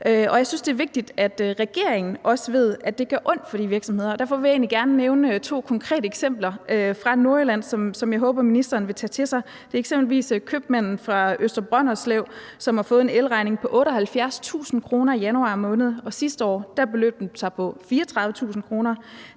og jeg synes, det er vigtigt, at regeringen også ved, at det gør ondt på de virksomheder, og derfor vil jeg egentlig gerne nævne to konkrete eksempler fra Nordjylland, som jeg håber ministeren vil tage til sig. Det er eksempelvis købmanden fra Øster Brønderslev, som har fået en elregning på 78.000 kr. i januar måned – sidste år beløb den sig på 34.000 kr.